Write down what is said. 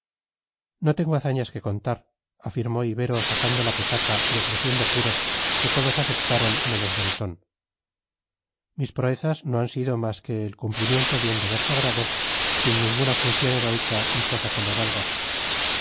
no tengo hazañas que contar afirmó ibero sacando la petaca y ofreciendo puros que todos aceptaron menos bretón mis proezas no han sido más que el cumplimiento de un deber sagrado sin ninguna función heroica ni cosa que lo valga